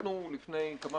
אנחנו, לפני כמה חודשים,